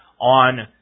on